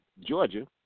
Georgia